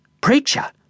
Preacher